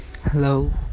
Hello